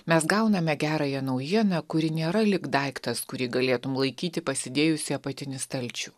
mes gauname gerąją naujieną kuri nėra lyg daiktas kurį galėtum laikyti pasidėjus į apatinį stalčių